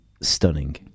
stunning